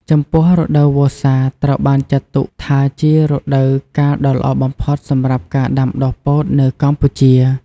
ចំពោះរដូវវស្សាត្រូវបានចាត់ទុកថាជារដូវកាលដ៏ល្អបំផុតសម្រាប់ការដាំពោតនៅកម្ពុជា។